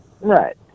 Right